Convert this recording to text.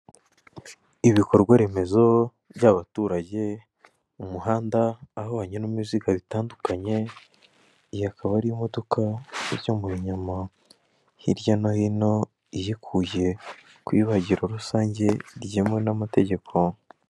Ibikorwa remezo by'abaturage, umuhanda aho hagenda ibiziga bitandukanye, iyi akaba ari imodoka igemuye inyama hirya no hino izikuye ku ibagiro rusange ryemewe n'amategeko.